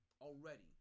already